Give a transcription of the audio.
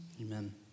Amen